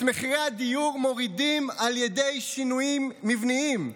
את מחירי הדיור מורידים על ידי שינויים מבניים,